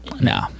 No